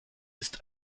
ist